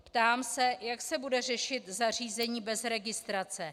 Ptám se, jak se bude řešit zařízení bez registrace.